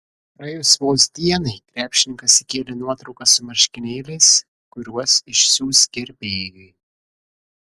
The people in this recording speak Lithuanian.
praėjus vos dienai krepšininkas įkėlė nuotrauką su marškinėliais kuriuos išsiųs gerbėjui